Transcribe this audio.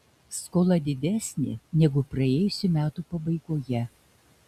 skola didesnė negu praėjusių metų pabaigoje